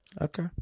okay